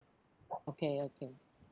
okay okay